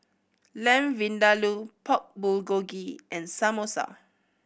Lamb Vindaloo Pork Bulgogi and Samosa